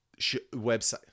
website